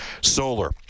solar